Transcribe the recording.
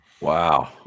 Wow